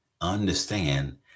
understand